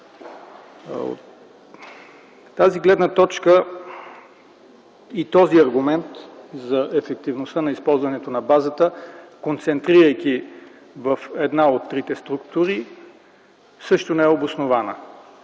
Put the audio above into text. тази гледна точка и този аргумент за ефективността на използването на базата, концентрирайки в една от трите структури, също не е обоснована.